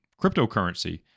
cryptocurrency